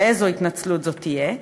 ואיזו התנצלות זאת תהיה,